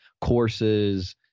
courses